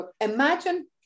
Imagine